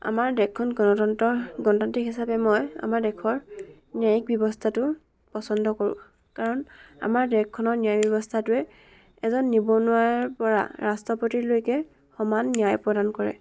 আমাৰ দেশখন গণতন্ত্ৰৰ গণতান্ত্ৰিক হিচাপে মই আমাৰ দেশৰ ন্যায়িক ব্যৱস্থাটোৰ পচন্দ কৰোঁ কাৰণ আমাৰ দেশখনৰ ন্যায়িক ব্যৱস্থাটোৱে এজন নিবনুৱাৰ পৰা ৰাষ্ট্ৰপতিলৈকে সমান ন্যায় প্ৰদান কৰে